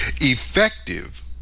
effective